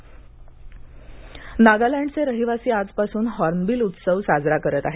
नागालँड दिवस नागालँडचे रहिवासी आजपासून हॉर्नबिल उत्सव साजरा करत आहेत